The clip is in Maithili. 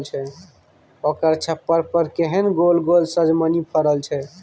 ओकर छप्पर पर केहन गोल गोल सजमनि फड़ल छै